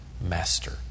master